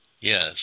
Yes